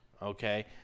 Okay